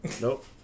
Nope